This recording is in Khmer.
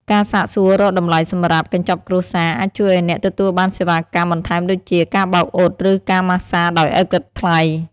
ការសាកសួររកតម្លៃសម្រាប់ "កញ្ចប់គ្រួសារ"អាចជួយឱ្យអ្នកទទួលបានសេវាកម្មបន្ថែមដូចជា ការបោកអ៊ុត ឬការម៉ាស្សាដោយឥតគិតថ្លៃ។